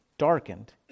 darkened